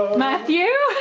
matthew?